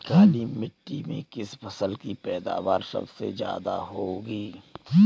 काली मिट्टी में किस फसल की पैदावार सबसे ज्यादा होगी?